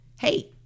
Hey